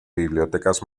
bibliotecas